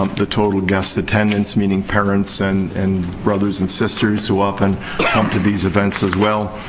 um the total guest attendance, meaning parents and and brothers and sisters who often come to these events, as well.